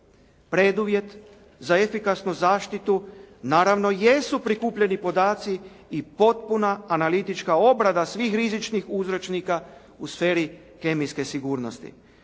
Preduvjet za efikasnu zaštitu naravno jesu prikupljeni podaci i potpuna analitička obrada svih rizičnih uzročnika u sferi kemijske sigurnosti.